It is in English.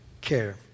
care